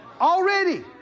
Already